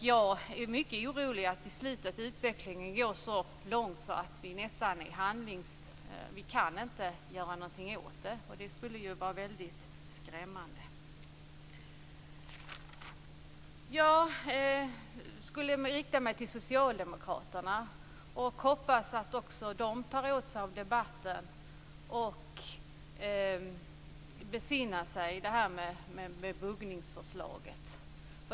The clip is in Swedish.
Jag är mycket orolig för att utvecklingen till slut går så långt att vi inte kan göra något åt det. Det skulle ju vara väldigt skrämmande. Jag skulle vilja rikta mig till socialdemokraterna. Jag hoppas att också de tar åt sig av debatten och besinnar sig när det gäller buggningsförslaget.